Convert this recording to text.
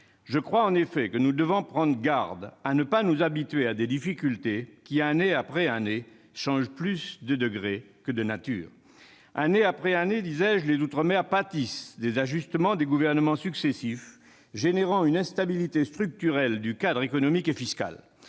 ne faiblit pas. Nous devons prendre garde à ne pas nous habituer à des difficultés qui, année après année, changent plus de degré que de nature. Année après année en effet, les outre-mer pâtissent des ajustements des gouvernements successifs, générant une instabilité structurelle du cadre économique et fiscal.